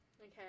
Okay